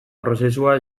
prozesua